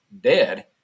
dead